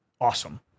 awesome